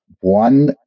One